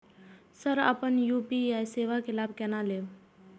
हम अपन यू.पी.आई सेवा के लाभ केना लैब?